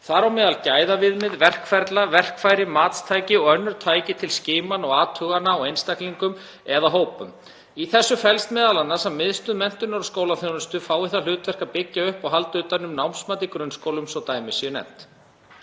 þar á meðal gæðaviðmið, verkferla, verkfæri, matstæki og önnur tæki til skimana og athugana á einstaklingum eða hópum. Í þessu felst m.a. að Miðstöð menntunar og skólaþjónustu fái það hlutverk að byggja upp og halda utan um námsmat í grunnskólum, svo dæmi sé nefnt.